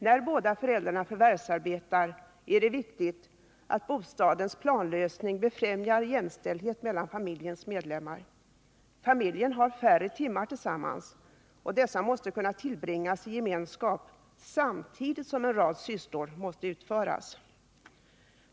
När båda föräldrarna förvärvsarbetar, är det angeläget att bostadens planlösning befrämjar jämställdheten mellan familjens medlemmar. De har färre timmar tillsammans, och dessa timmar måste kunna tillbringas i gemenskap samtidigt som en rad sysslor måste utföras.